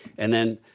and then,